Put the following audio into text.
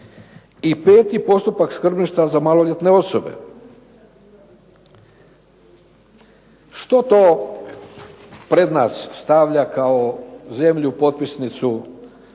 I peti, postupak skrbništva za maloljetne osobe. Što to pred nas stavlja kao zemlju potpisnicu